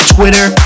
Twitter